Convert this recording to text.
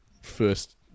first